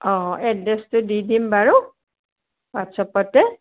অঁ এড্ৰেছটো দি দিম বাৰু হোৱাটছএপতে